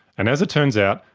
and as it turns out,